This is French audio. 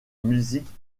musiques